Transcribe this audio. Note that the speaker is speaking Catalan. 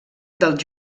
dels